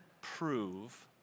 prove